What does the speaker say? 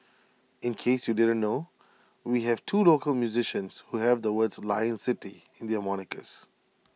in case you didn't know we have two local musicians who have the words 'Lion City' in their monikers